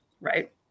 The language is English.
right